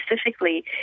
specifically